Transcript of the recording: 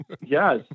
Yes